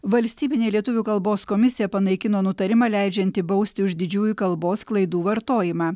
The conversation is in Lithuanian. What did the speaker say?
valstybinė lietuvių kalbos komisija panaikino nutarimą leidžiantį bausti už didžiųjų kalbos klaidų vartojimą